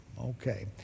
Okay